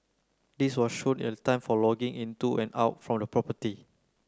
this was shown in the time for logging into and out from the property